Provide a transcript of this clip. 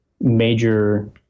major